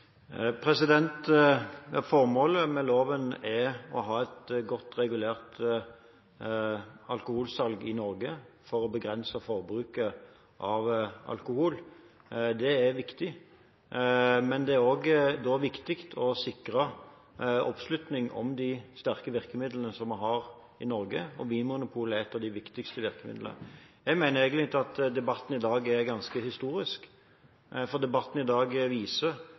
Formålet med loven er å ha et godt regulert alkoholsalg i Norge for å begrense forbruket av alkohol. Det er viktig, men det er også da viktig å sikre oppslutning om de sterke virkemidlene som vi har i Norge, og Vinmonopolet er et av de viktigste virkemidlene. Jeg mener egentlig at debatten i dag er ganske historisk, for debatten i dag – og også innstillingen fra komiteen – viser